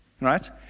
Right